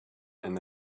and